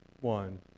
One